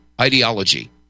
ideology